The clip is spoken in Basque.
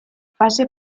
fase